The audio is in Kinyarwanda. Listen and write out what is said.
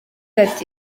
ati